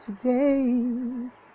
today